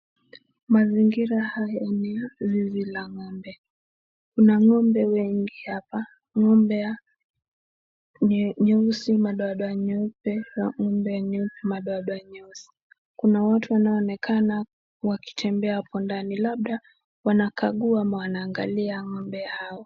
Mazingira haya ni ya zizi la ng'ombe. Kuna ng'ombe wengi hapa; ng'ombe ya nyeusi, madoadoa nyeupe na ng'ombe yenye madoadoa nyeusi. Kuna watu wanaonekana wakitembea hapo ndani labda wanakagua ama wanaangalia ng'ombe hao.